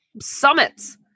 summits